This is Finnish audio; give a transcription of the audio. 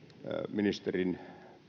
ministerin